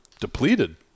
depleted